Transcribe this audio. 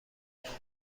گندم